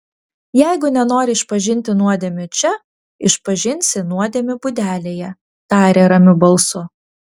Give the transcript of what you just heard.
jeigu nenori išpažinti nuodėmių čia išpažinsi nuodėmių būdelėje tarė ramiu balsu